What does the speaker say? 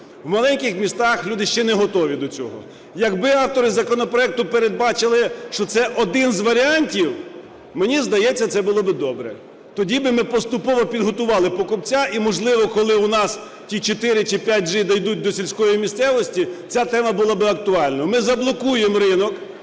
В маленьких містах люди ще не готові до цього. Якби автори законопроекту передбачили, що це один з варіантів, мені здається, це було би добре. Тоді б ми поступово підготували покупця. І, можливо, коли у нас ті 4 чи 5G дійдуть до сільської місцевості, ця тема була б актуальною. Ми заблокуємо ринок,